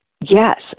Yes